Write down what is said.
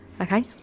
Okay